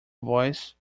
voice